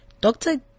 Doctor